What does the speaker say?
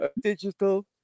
digital